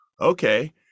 okay